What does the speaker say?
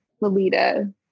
Lolita